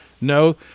No